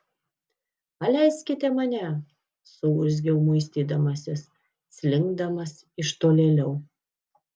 paleiskite mane suurzgiau muistydamasis slinkdamas iš tolėliau